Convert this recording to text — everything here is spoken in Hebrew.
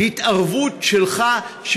ההתערבות שלך,